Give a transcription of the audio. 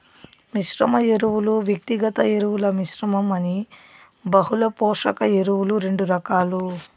మిశ్రమ ఎరువులు, వ్యక్తిగత ఎరువుల మిశ్రమం అని బహుళ పోషక ఎరువులు రెండు రకాలు